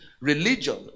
religion